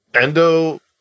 Endo